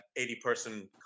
80-person